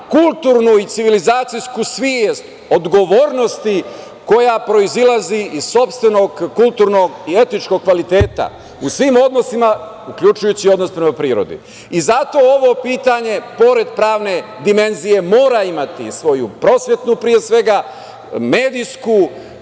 kulturnu i civilizacijsku svest odgovornosti, koja proizilazi iz sopstvenog kulturnog i etničkog kvaliteta, u svim odnosima uključujući odnos prema prirodi. Zato ovo pitanje pored pravne dimenzije, mora imati svoju prosvetnu, medijsku,